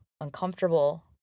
uncomfortable